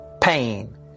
pain